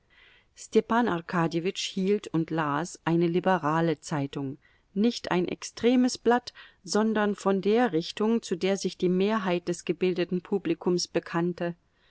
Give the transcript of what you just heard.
arkadjewitsch hielt und las eine liberale zeitung nicht ein extremes blatt sondern von der richtung zu der sich die mehrheit des gebildeten publikums bekannte